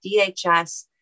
DHS